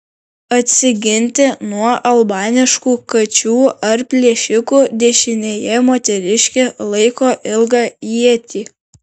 atsiginti nuo albaniškų kačių ar plėšikų dešinėje moteriškė laiko ilgą ietį